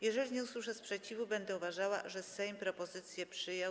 Jeżeli nie usłyszę sprzeciwu, będę uważała, że Sejm propozycję przyjął.